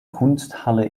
kunsthalle